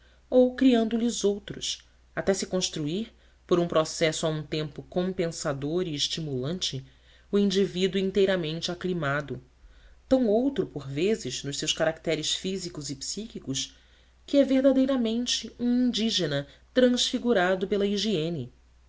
ou criando lhes outros até se construir por um processo a um tempo compensador e estimulante o indivíduo inteiramente aclimado tão outro por vezes nos seus caracteres físicos e psíquicos que é verdadeiramente um indígena artificial transfigurado pela higiene